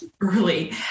early